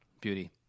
Beauty